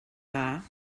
dda